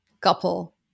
couple